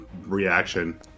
Reaction